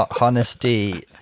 Honesty